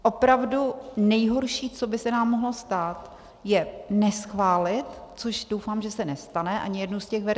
Opravdu nejhorší, co by se nám mohlo stát, je neschválit, což doufám, že se nestane ani jednu z těch verzí.